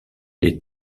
les